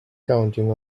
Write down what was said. counting